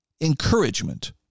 encouragement